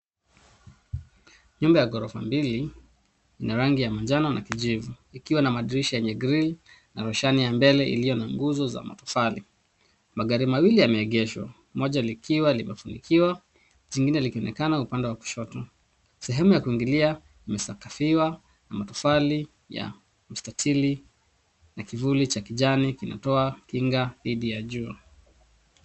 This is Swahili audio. Nyumba ya ghorofa mbili ina rangi ya manjano na kijivu ikiwa na madirisha yenye grill na roshani ya mbele iliyo na nguzo za matofali. Magari mawili yameegeshwa moja likiwa limefunikiwa jingine likionekana upande wa kushoto. Sehemu ya kuingilia imesakafiwa namatofali ya mstatili na kivuli cha kijani kinatoa kinga dhidi ya jua.